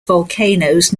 volcanoes